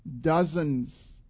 dozens